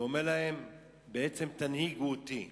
ואומר להם בעצם תנהיגו אותי.